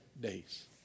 days